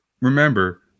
remember